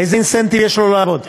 איזה אינסנטיב יש לו לעבוד?